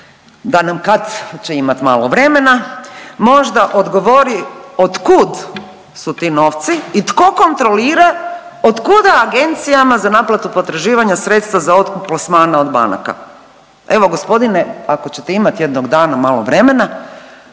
da nam kad će imat malo vremena možda odgovori od kud su ti novci i tko kontrolira od kuda agencijama za naplatu potraživanja sredstva za otkup plasmana od banaka? Evo gospodine ako ćete imat jednog dana malo vremena,